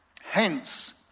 Hence